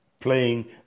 playing